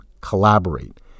collaborate